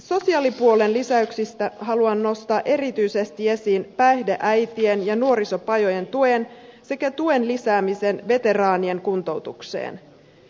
sosiaalipuolen lisäyksistä haluan nostaa erityisesti esiin päihdeäitien ja nuorisopajojen tuen sekä tuen lisäämisen veteraanien kuntoutukseen